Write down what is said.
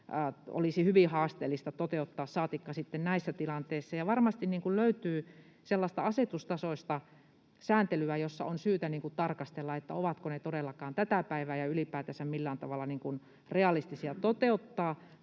olisi hyvin haasteellista toteuttaa, saatikka sitten näissä tilanteissa. Ja varmasti löytyy sellaista asetustasoista sääntelyä, jota on syytä tarkastella, onko se todellakaan tätä päivää ja ylipäätänsä millään tavalla realistista toteuttaa.